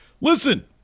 Listen